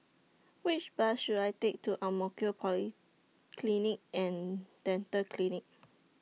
Which Bus should I Take to Ang Mo Kio Polyclinic and Dental Clinic